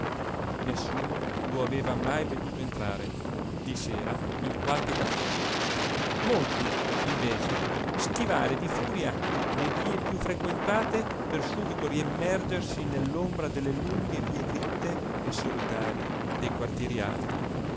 nessuno lo aveva mai veduto entrare di sera in qualche caffè molti invece schivare di furia le vie piú frequentate per subito riimmergersi nell'ombra delle lunghe vie diritte e solitarie dei quartieri alti